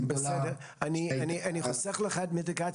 גדולה --- אני אחסוך לך את המיטיגציה.